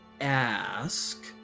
ask